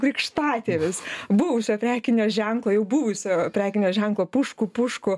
krikštatėvis buvusio prekinio ženklo jau buvusio prekinio ženklo pušku pušku